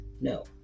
no